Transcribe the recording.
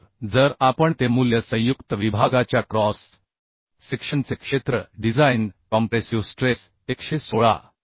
तर जर आपण ते मूल्य संयुक्त विभागाच्या क्रॉस सेक्शनचे क्षेत्र डिझाइन कॉम्प्रेसिव्ह स्ट्रेस 116